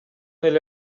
эле